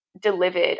delivered